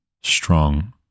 strong